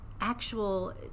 actual